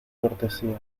cortesía